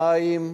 מים,